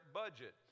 budget